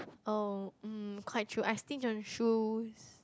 oh mm quite true I think she will choose